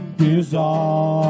dissolve